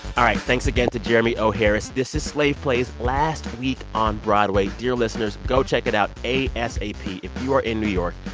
all right. thanks again to jeremy o. harris. this is slave play's last week on broadway. dear listeners, go check it out asap if you are in new york.